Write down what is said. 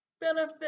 Benefit